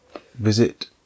visit